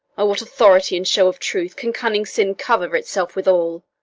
o! what authority and show of truth can cunning sin cover itself withal.